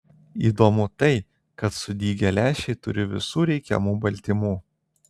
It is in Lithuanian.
įdomu tai kad sudygę lęšiai turi visų reikiamų baltymų